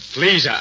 Please